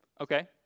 Okay